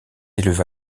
éleva